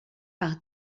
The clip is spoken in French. par